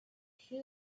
she